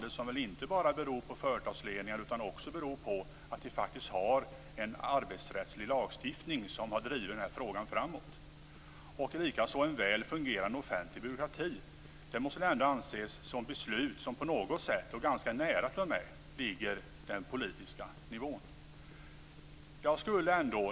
Det beror väl inte bara på företagsledningar utan också på att vi har en arbetsrättslig lagstiftning som har drivit den frågan framåt. Likaså har vi en väl fungerande offentlig byråkrati. Detta måste väl ändå anses handla om beslut som ligger ganska nära den politiska nivån.